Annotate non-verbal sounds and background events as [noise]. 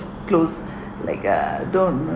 close [breath] like uh don't